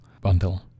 bundle